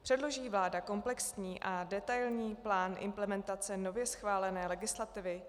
Předloží vláda komplexní a detailní plán implementace nově schválené legislativy?